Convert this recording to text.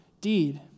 deed